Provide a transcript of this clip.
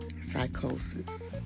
psychosis